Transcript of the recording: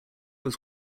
was